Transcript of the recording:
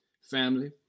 Family